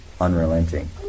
unrelenting